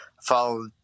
follow